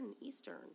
Eastern